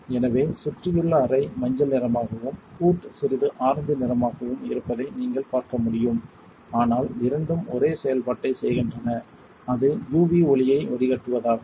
எனவே சுற்றியுள்ள அறை மஞ்சள் நிறமாகவும் ஹூட் சிறிது ஆரஞ்சு நிறமாகவும் இருப்பதை நீங்கள் பார்க்க முடியும் ஆனால் இரண்டும் ஒரே செயல்பாட்டைச் செய்கின்றன அது u v ஒளியை வடிகட்டுவதாகும்